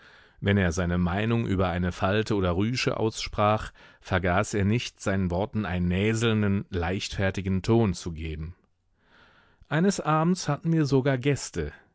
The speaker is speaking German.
wenn er seine meinung über eine falte oder rüsche aussprach vergaß er nicht seinen worten einen näselnden leichtfertigen ton zu geben eines abends hatten wir sogar gäste